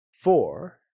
four